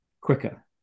quicker